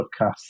Podcasts